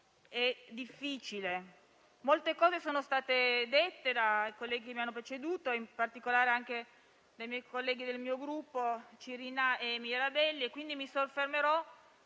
e difficile. Molte cose sono state dette dai colleghi che mi hanno preceduto, in particolare dai colleghi del mio Gruppo Cirinnà e Mirabelli, quindi mi soffermerò